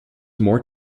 more